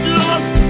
lost